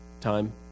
time